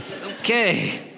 Okay